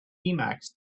emacs